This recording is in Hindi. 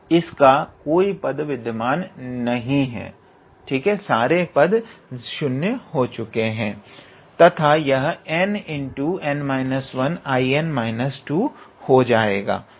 तो x0 पर इसका कोई पद विद्यमान नहीं है तथा यह n𝑛−1𝐼𝑛−2 हो जाएगा